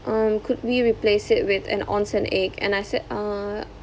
um could we replace it with an onsen egg and I said uh